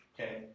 Okay